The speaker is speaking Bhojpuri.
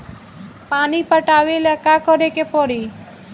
पानी पटावेला का करे के परी?